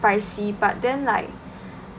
pricey but then like